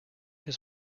his